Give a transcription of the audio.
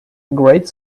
great